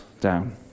down